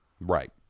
Right